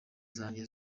zanjye